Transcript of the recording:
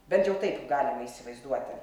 bent jau taip galima įsivaizduoti